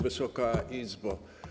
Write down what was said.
Wysoka Izbo!